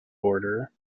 order